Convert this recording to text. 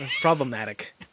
Problematic